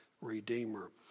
redeemer